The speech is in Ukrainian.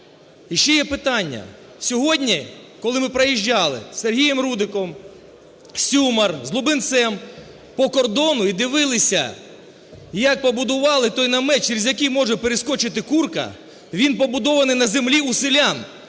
І ще є питання. Сьогодні, коли ми проїжджали з Сергієм Рудиком, з Сюмар, з Лубенцем по кордону і дивилися, як побудували той намет, через який може перескочити курка, він побудований на землі у селян,